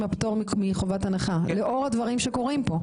הפטור מחובת הנחה לאור הדברים שקורים פה?